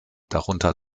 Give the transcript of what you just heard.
darunter